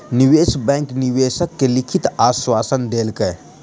निवेश बैंक निवेशक के लिखित आश्वासन देलकै